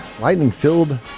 lightning-filled